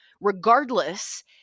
regardless